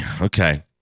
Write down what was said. Okay